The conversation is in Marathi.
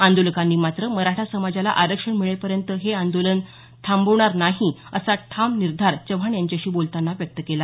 आंदोलकांनी मात्र मराठा समाजाला आरक्षण मिळेपर्यंत हे आंदोलन थांबवणार नाही असा ठाम निर्धार चव्हाण यांच्याशी बोलताना व्यक्त केला